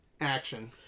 action